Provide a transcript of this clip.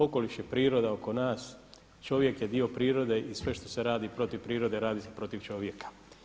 Okoliš je priroda oko nas, čovjek je dio prirode i sve što se radi protiv prirode radi se protiv čovjeka.